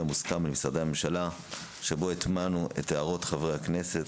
המוסכם על משרדי הממשלה שבו הטמענו את הערות חברי הכנסת,